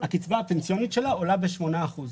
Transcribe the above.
הקצבה הפנסיונית שלה עולה בשמונה אחוזים.